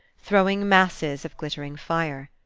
throwing masses of glittering fire.